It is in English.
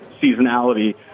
seasonality